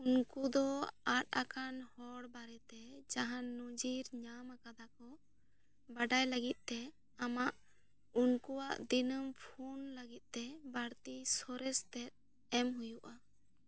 ᱩᱱᱠᱩ ᱫᱚ ᱟᱫ ᱟᱠᱟᱱ ᱦᱚᱲ ᱵᱟᱨᱮᱛᱮ ᱡᱟᱦᱟᱸᱱ ᱱᱚᱡᱤᱨ ᱧᱟᱢ ᱠᱟᱫᱟ ᱠᱚ ᱵᱟᱰᱟᱭ ᱞᱟᱹᱹᱜᱤᱫ ᱛᱮ ᱟᱢᱟᱜ ᱩᱱᱠᱩᱣᱟᱜ ᱫᱤᱱᱟᱹᱢ ᱯᱷᱳᱱ ᱞᱟᱜᱤᱫ ᱛᱮ ᱵᱟᱲᱛᱤ ᱥᱚᱨᱮᱥ ᱛᱮᱫ ᱮᱢ ᱦᱩᱭᱩᱜᱼᱟ